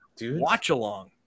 watch-along